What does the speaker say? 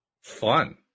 Fun